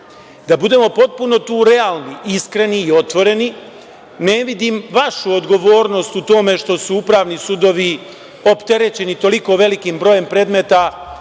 Da budemo tu potpuno realni, iskreni i otvoreni, ne vidim vašu odgovornost u tome što su upravni sudovi opterećeni toliko velikim brojem predmeta